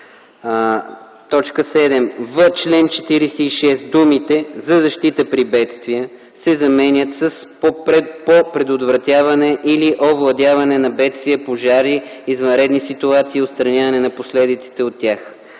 „7. В чл. 46 думите „за защита при бедствия” се заменят с „по предотвратяване или овладяване на бедствия, пожари, извънредни ситуации и отстраняване на последиците от тях”.”